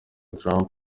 trump